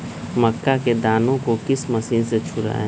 मक्का के दानो को किस मशीन से छुड़ाए?